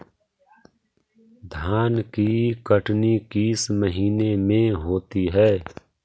धान की कटनी किस महीने में होती है?